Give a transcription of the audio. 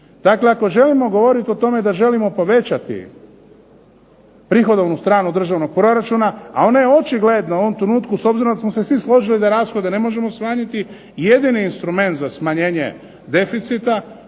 Dakle, ako želimo govoriti o tome da želimo povećati prihodovnu stranu državnog proračuna, a ona je očigledno u ovom trenutku s obzirom da smo se svi složili da rashode ne možemo smanjiti, jedini instrument za smanjenje deficita